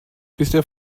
bisher